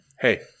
Hey